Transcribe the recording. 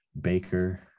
Baker